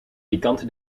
pikante